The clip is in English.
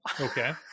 okay